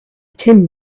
tin